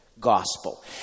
gospel